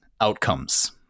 outcomes